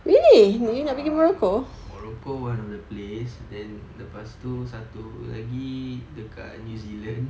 a'ah morocco one of the place then lepas tu satu lagi dekat new zealand